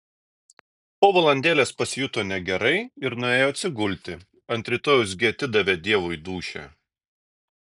po valandėlės pasijuto negerai ir nuėjo atsigulti ant rytojaus gi atidavė dievui dūšią